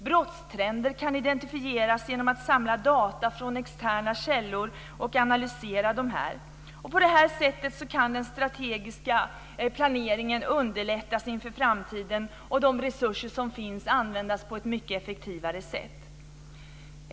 Brottstrender kan identifieras genom insamlande och analysering av data från externa källor. På det sättet kan den strategiska planeringen underlättas inför framtiden och de resurser som finns användas på ett mycket effektivare sätt.